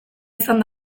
izan